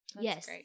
yes